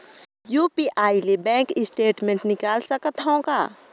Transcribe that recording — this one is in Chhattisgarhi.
यू.पी.आई ले बैंक स्टेटमेंट निकाल सकत हवं का?